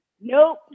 Nope